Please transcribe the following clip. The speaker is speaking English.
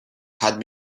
had